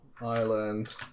Island